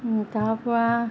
তাৰ পৰা